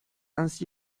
ainsi